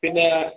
പിന്നെ